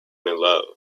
milieu